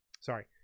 sorry